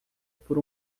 por